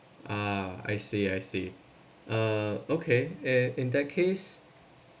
ah I see I see uh okay and in that case